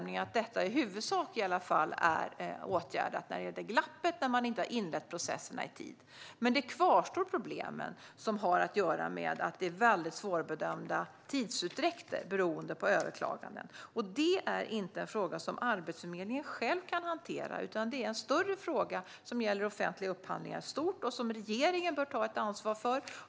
När det gäller glappet och att man inte har inlett processerna i tid är det min bedömning att detta i alla fall i huvudsak är åtgärdat. Problemen med att det är svårbedömda tidsutdräkter beroende på överklaganden kvarstår dock, och det är inte en fråga som Arbetsförmedlingen själv kan hantera. Det är i stället en större fråga som gäller offentliga upphandlingar i stort och som regeringen bör ta ansvar för.